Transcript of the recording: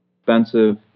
expensive